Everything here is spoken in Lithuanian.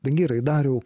dangirai dariau